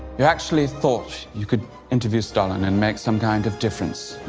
you actually thought you could interview stalin and make some kind of difference,